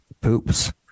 poops